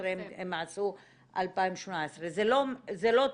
הם עשו -- -זה לא תוספתי,